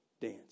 dance